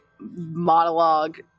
monologue